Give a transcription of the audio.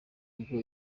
ubwo